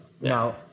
Now